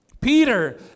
Peter